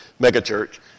megachurch